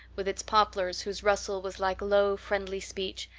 with its poplars whose rustle was like low, friendly speech,